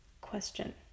Question